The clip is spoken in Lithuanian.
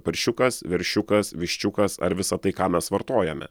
paršiukas veršiukas viščiukas ar visa tai ką mes vartojame